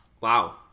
wow